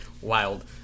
wild